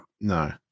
no